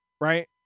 right